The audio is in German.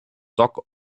dock